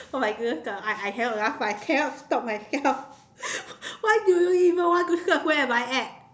oh my goodness ah I I cannot laugh ah I cannot stop myself why do you even want to surf where am I at